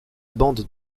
bande